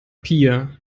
pia